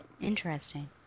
Interesting